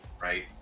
Right